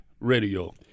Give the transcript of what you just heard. radio